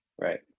right